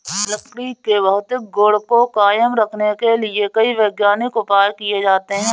लकड़ी के भौतिक गुण को कायम रखने के लिए कई वैज्ञानिक उपाय किये जाते हैं